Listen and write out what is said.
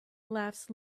laughs